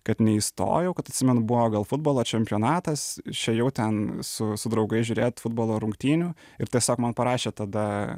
kad neįstojau kad atsimenu buvo gal futbolo čempionatas išėjau ten su su draugais žiūrėt futbolo rungtynių ir tiesiog man parašė tada